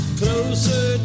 closer